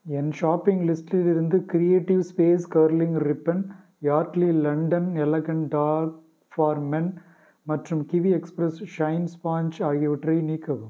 என் shopping லிஸ்டிலிருந்து creative space curling ribbon Yardley London elegant talc for men மற்றும் Kiwi express shine sponge ஆகியவற்றை நீக்கவும்